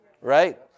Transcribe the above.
Right